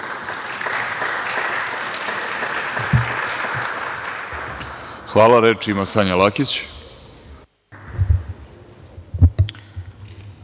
Hvala. Reč ima Sanja Lakić.